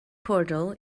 portal